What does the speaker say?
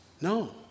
No